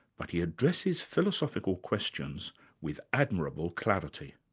but he addresses philosophical questions with admirable clarity.